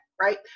right